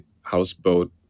houseboat